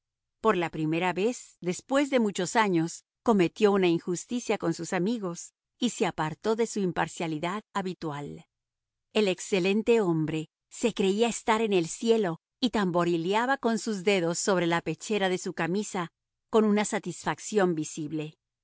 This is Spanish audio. por la primera vez después de muchos años cometió una injusticia con sus amigos y se apartó de su imparcialidad habitual el excelente hombre se creía estar en el cielo y tamborileaba con sus dedos sobre la pechera de su camisa con una satisfacción visible